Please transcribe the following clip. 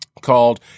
called